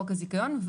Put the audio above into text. חוק הזיכיון,